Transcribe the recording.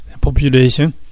population